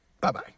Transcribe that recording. bye-bye